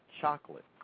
Chocolate